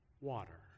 water